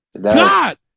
God